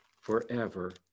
forever